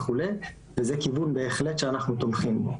וזה כיוון בהחלט שאנחנו תומכים בו.